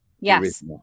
Yes